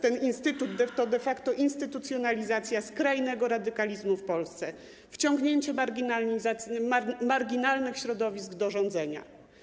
Ten instytut to de facto instytucjonalizacja skrajnego radykalizmu w Polsce i wciągnięcie marginalnych środowisk do rządzenia.